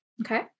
Okay